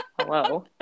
Hello